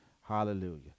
Hallelujah